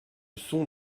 son